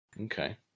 Okay